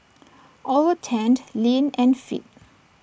all were tanned lean and fit